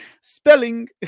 Spelling